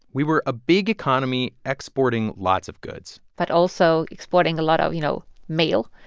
we were a big economy exporting lots of goods but, also, exporting a lot of, you know, mail.